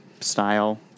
style